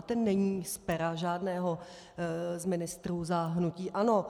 A ten není z pera žádného z ministrů za hnutí ANO.